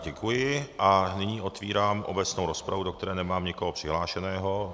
Děkuji, a nyní otevírám obecnou rozpravu, do které nemám nikoho přihlášeného.